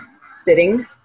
sitting